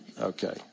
Okay